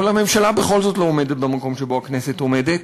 אבל הממשלה בכל זאת לא עומדת במקום שבו הכנסת עומדת,